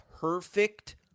perfect